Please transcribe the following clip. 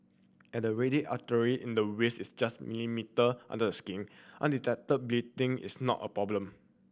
as the radial artery in the wrist is just millimetre under the skin undetected bleeding is not a problem